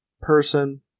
person